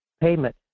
payment